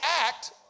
act